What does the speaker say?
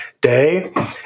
day